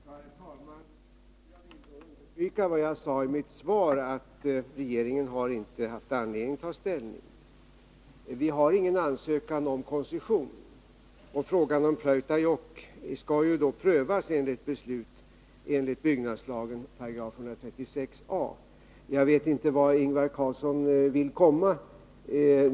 Herr talman! Jag vill ytterligare understryka vad jag sade i mitt svar, att regeringen inte har haft anledning att ta ställning till frågan om uranbrytning. Vi har inte fått någon ansökan om koncession. Frågan om uranprojektet i Pleutajokk skall ju enligt regeringens beslut prövas enligt 136 a § byggnadslagen. Jag vet inte vart Ingvar Carlsson vill komma.